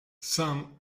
some